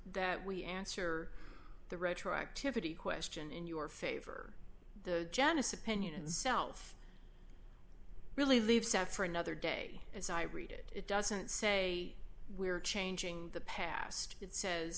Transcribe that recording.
that we answer the retroactivity question in your favor the janice opinion self really leaves out for another day as i read it it doesn't say we're changing the past it says